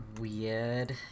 Weird